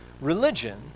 religion